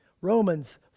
Romans